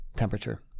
temperature